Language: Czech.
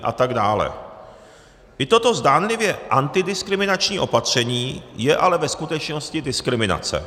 I toto zdánlivě antidiskriminační opatření je ale ve skutečnosti diskriminace.